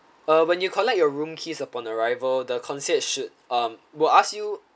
uh when you collect your room keys upon arrival the concierge should um will ask you